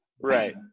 Right